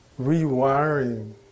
rewiring